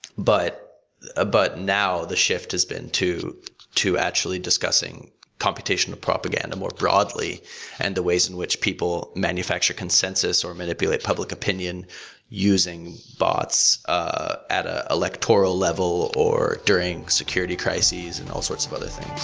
but ah but now, the shift has been to to actually discussing computational propaganda more broadly and the ways in which people manufacture consensus or manipulate public opinion using bots ah at an ah electoral level, or during security crisis and all sorts of other things.